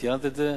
את ציינת את זה,